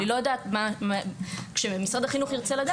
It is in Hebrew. כשמשרד החינוך ירצה לדעת, הוא יצטרך לבדוק את זה.